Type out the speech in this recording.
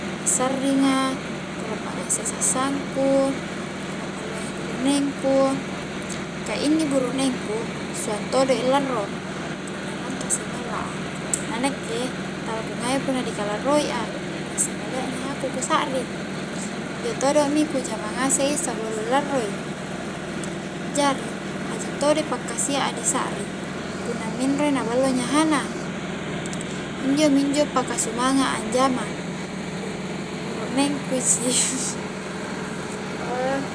Assarringa, ku lappa ngasei sassanga ku ku pappalluang i buruknengku ka inni buruknengku suang todoi larro, punna rantasa i balla a na nakke tala ku ngai punna di kalaroi a, nu masse kale nyahaku ku sakring injo todo mi ku jama ngasek i sebelum larroi jari haji todo i pakkasia a disakring punna minroi na ballo nyahana injo mi injo paka sumanga'a anjama buruk-buruknengku ji